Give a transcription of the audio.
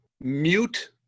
Mute